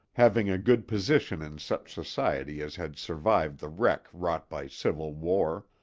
having a good position in such society as had survived the wreck wrought by civil war.